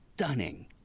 stunning